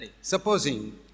Supposing